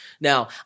Now